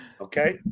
Okay